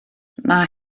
mae